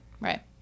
Right